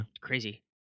Crazy